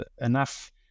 enough